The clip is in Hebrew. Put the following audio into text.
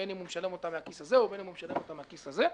בין אם הוא משלם אותם מהכיס הזה ובין אם הוא משלם אותם מהכיס הזה.